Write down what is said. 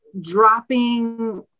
dropping